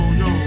yo